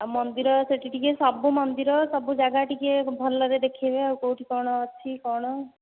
ଆଉ ମନ୍ଦିର ସେଠି ଟିକିଏ ସବୁ ମନ୍ଦିର ସବୁ ଜାଗା ଟିକିଏ ଭଲରେ ଦେଖେଇବେ ଆଉ କେଉଁଠି କଣ ଅଛି କଣ